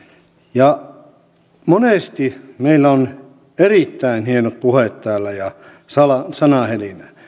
ja monesti meillä on erittäin hienot puheet täällä ja sanahelinää